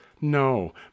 no